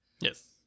Yes